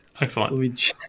excellent